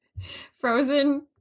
Frozen